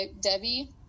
Debbie